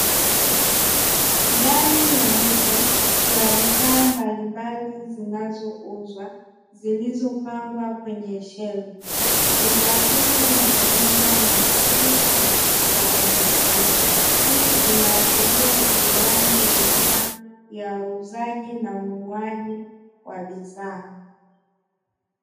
Ndani ya duka kuna bidhaa mbalimbali zinazouzwa zilizopangwa kwenye shelfu, bidhaa hizo ni pamoja na chupa za pombe kali, hii inaashiria ni utolewaji ya huduma ya uuzaji na ununuaji wa bidhaa.